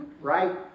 Right